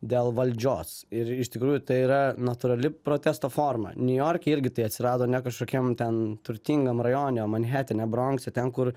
dėl valdžios ir iš tikrųjų tai yra natūrali protesto forma niujorke irgi tai atsirado ne kažkokiam ten turtingam rajone manhetene bronkse ten kur